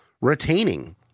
retaining